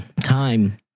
time